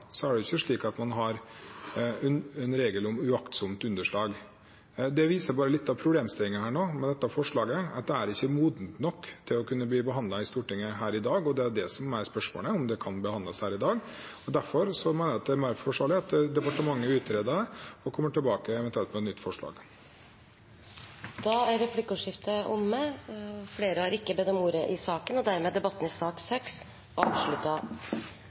Det viser bare litt av problemstillingen med dette forslaget, at det ikke er modent nok til å kunne bli behandlet i Stortinget i dag. Og det er jo det som er spørsmålet – om det kan behandles i dag. Derfor mener jeg at det er mer forsvarlig at departementet utreder og kommer tilbake, eventuelt med et nytt forslag. Replikkordskiftet er omme. Flere har ikke bedt om ordet til sak nr. 6. Etter ønske fra justiskomiteen vil presidenten foreslå at taletiden blir begrenset til 3 minutter til hver partigruppe og